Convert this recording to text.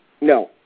No